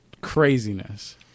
craziness